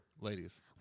ladies